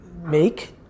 make